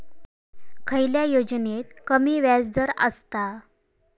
खयल्या योजनेत कमी व्याजदर असता?